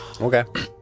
Okay